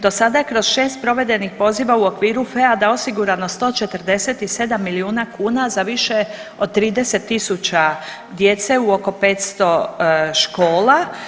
Do sada je kroz 6 provedenih poziva u okviru FEAD-a osigurano 147 milijuna kuna za više od 30 000 djece u oko 500 škola.